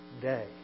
day